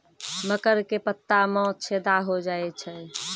मकर के पत्ता मां छेदा हो जाए छै?